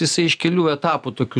jisai iš kelių etapų tokių